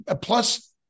plus